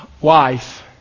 wife